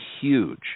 huge